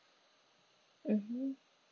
mmhmm